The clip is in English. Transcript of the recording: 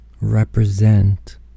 represent